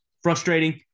frustrating